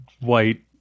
white